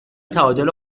تعادل